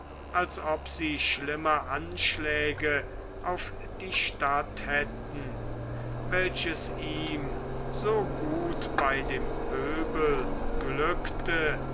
als ob sie schlimme anschläge auf die stadt hätten welches ihm so gut bei dem pöbel glückte